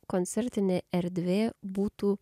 koncertinė erdvė būtų